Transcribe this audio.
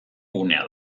gunea